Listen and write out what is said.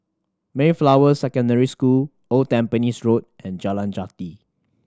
Mayflower Secondary School Old Tampines Road and Jalan Jati